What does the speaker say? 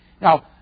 Now